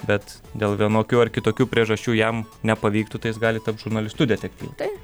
bet dėl vienokių ar kitokių priežasčių jam nepavyktų tai jis gal tapt žurnalistu detektyvu